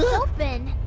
open!